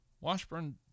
Washburn